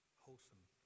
wholesome